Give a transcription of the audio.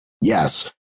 yes